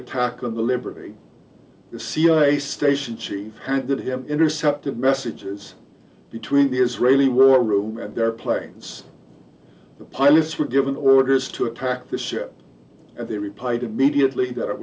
attack on the liberty the cia station chief handed him intercepted messages between the israeli war room and their planes the pilots were given orders to attack the ship and they replied immediately that it